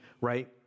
right